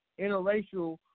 interracial